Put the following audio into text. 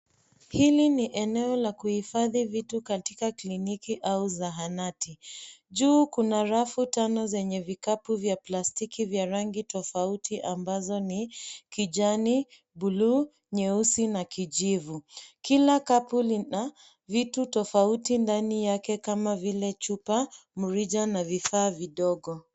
Hili ni eneo la kuhifadhi vitu katika kliniki au zahanati. Juu kuna rafu tano zenye vikapu vya plastiki vya rangi tofauti ambazo ni kijani, buluu, nyeusi na kijivu. Kila kapu lina vitu tofauti ndani yake kama vile chupa, mrija na vifaa vidogo.